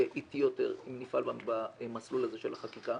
יהיה איטי יותר אם נפעל במסלול הזה של החקיקה.